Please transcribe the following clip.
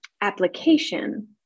application